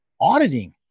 auditing